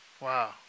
Wow